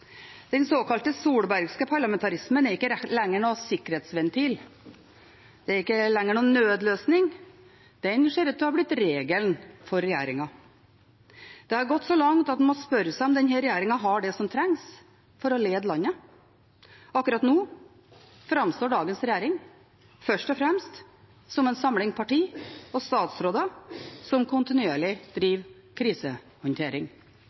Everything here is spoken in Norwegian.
Den såkalte solbergske parlamentarismen er ikke lenger noen sikkerhetsventil, den er ikke lenger noen nødløsning, den ser ut til å ha blitt regelen for regjeringen. Det har gått så langt at man må spørre seg om denne regjeringen har det som trengs for å lede landet. Akkurat nå framstår dagens regjering først og fremst som en samling partier og statsråder som kontinuerlig